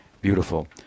beautiful